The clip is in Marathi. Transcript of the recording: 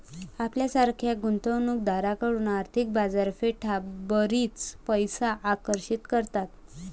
आपल्यासारख्या गुंतवणूक दारांकडून आर्थिक बाजारपेठा बरीच पैसे आकर्षित करतात